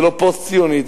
ולא פוסט-ציונית,